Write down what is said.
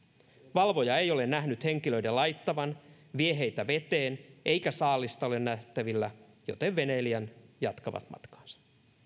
valvoja ei ole nähnyt henkilöiden laittavan vieheitä veteen eikä saalista ole nähtävillä joten veneilijät jatkavat matkaansa